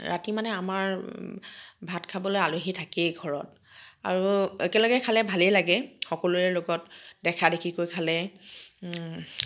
ৰাতি মানে আমাৰ ভাত খাবলে আলহী থাকেই ঘৰত আৰু একেলগে খালে ভালেই লাগে সকলোৰে লগত দেখা দেখিকৈ খালে